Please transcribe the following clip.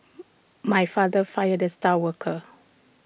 my father fired the star worker